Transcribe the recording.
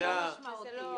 זה לא משמעותי.